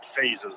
phases